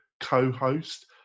co-host